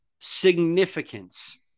significance